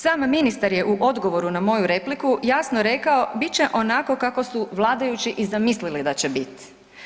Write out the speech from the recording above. Sam ministar je u odgovoru na moju repliku jasno rekao, bit će onako kako su vladajući i zamislili da će biti.